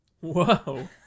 Whoa